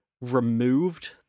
removed